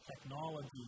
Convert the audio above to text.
technology